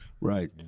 Right